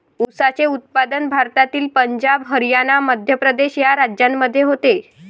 ऊसाचे उत्पादन भारतातील पंजाब हरियाणा मध्य प्रदेश या राज्यांमध्ये होते